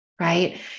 right